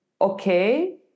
okay